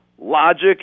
Logic